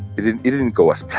it didn't it didn't go as planned.